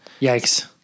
Yikes